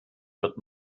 wird